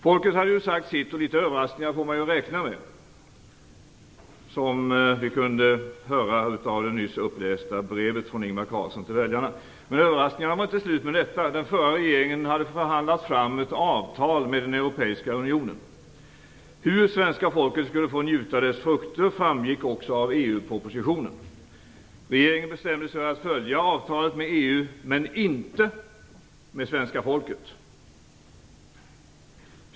Folket hade sagt sitt, och litet överraskningar får man räkna med. Det kunde vi höra när Carl Bildt läste från Ingvar Carlssons brev till väljarna. Men överraskningarna var inte slut med detta. Den förra regeringen hade förhandlat fram ett avtal med den europeiska unionen. Hur svenska folket skall njuta dess frukter framgick också av EU-propositionen. Regeringen bestämde sig för att följa avtalet med EU, men inte med svenska folket.